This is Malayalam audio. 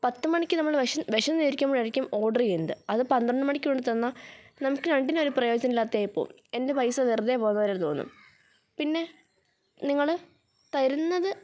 പത്തു മണിക്ക് നമ്മൾ വിശന്ന് വിശന്നിരുക്കുമ്പോഴായിരിക്കും ഓഡർ ചെയ്യുന്നത് അതു പന്ത്രണ്ടു മണിക്ക് കൊണ്ടു തന്നാൽ നമുക്ക് രണ്ടിനും ഒരു പ്രയോജനം ഇല്ലാത്തതായി പോകും എന്റെ പൈസ വെറുതേ പോകുന്ന പോലെ തോന്നും പിന്നെ നിങ്ങൾ തരുന്നത്